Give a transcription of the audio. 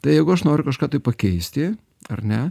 tai jeigu aš noriu kažką tai pakeisti ar ne